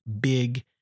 big